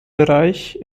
bereich